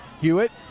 Hewitt